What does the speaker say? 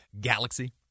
galaxy